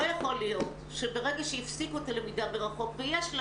לא יכול להיות שברגע שהפסיקו את הלמידה מרחוק ויש לה